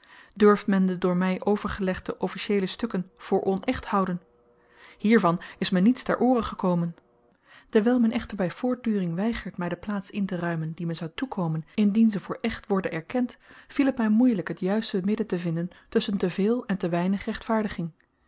durft men de door my overgelegde officieele stukken voor onecht houden hiervan is me niets ter oore gekomen dewyl men echter by voortduring weigert my de plaats interuimen die me zou toekomen indien ze voor echt worden erkend viel t my moeielyk het juiste midden te vinden tusschen te veel en te weinig rechtvaardiging